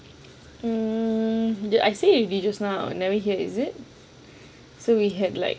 mm I say it just now you never hear is it so we had like